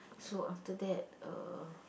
so after that uh